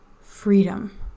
freedom